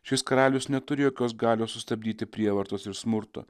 šis karalius neturi jokios galios sustabdyti prievartos ir smurto